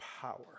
power